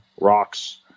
rocks